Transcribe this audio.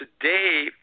today